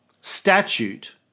statute